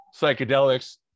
psychedelics